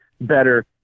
better